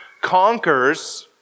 conquers